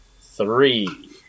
three